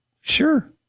Sure